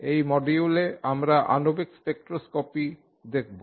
এই মডিউলে আমরা আণবিক স্পেকট্রস্কপি দেখব